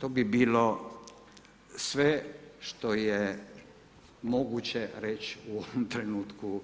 To bi bilo sve što je moguće reći u ovom trenutku